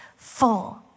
Full